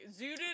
zooted